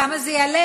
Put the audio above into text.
כמה זה יעלה?